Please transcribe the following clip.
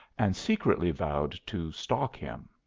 and secretly vowed to stalk him.